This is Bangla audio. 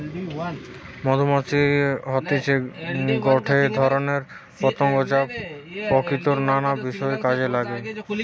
মধুমাছি হতিছে গটে ধরণের পতঙ্গ যা প্রকৃতির নানা বিষয় কাজে নাগে